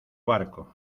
barco